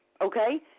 okay